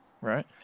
right